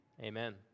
Amen